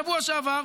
בשבוע שעבר,